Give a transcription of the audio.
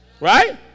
Right